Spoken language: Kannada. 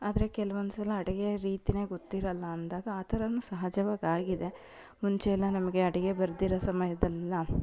ಆದರೆ ಕೆಲ್ವೊಂದು ಸಲ ಅಡಿಗೆ ರೀತಿನೇ ಗೊತ್ತಿರೋಲ್ಲ ಅಂದಾಗ ಆ ಥರನೂ ಸಹಜವಾಗಿ ಆಗಿದೆ ಮುಂಚೆಯೆಲ್ಲ ನಮಗೆ ಅಡಿಗೆ ಬರದಿರೋ ಸಮಯದಲ್ಲೆಲ್ಲ